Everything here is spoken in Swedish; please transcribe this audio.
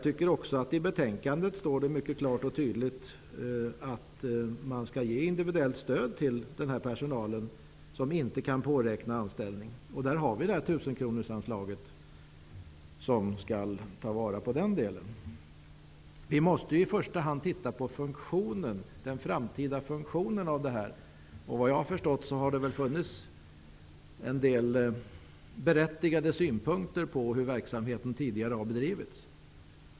Det står också mycket klart och tydligt i betänkandet att den personal som inte kan påräkna anställning skall ges individuellt stöd. I det sammanhanget finns tusenkronorsanslaget att ta till vara i den delen. Vi måste i första hand titta på den framtida funktionen. Såvitt jag har förstått har det funnits en del berättigade synpunkter på hur verksamheten tidigare har bedrivits.